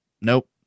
nope